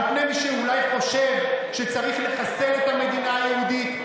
על פני מי שאולי חושב שצריך לחסל את המדינה היהודית,